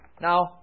Now